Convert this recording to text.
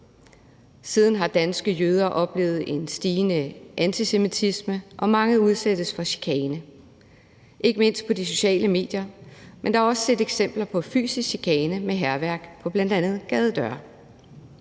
Siden har danske jøder oplevet en stigende antisemitisme, og mange udsættes for chikane, ikke mindst på de sociale medier. Men der er også set eksempel på fysisk chikane med hærværk på bl.a. gadedøre.